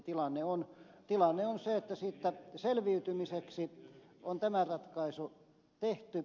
tilanne on se että siitä selviytymiseksi on tämä ratkaisu tehty